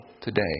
today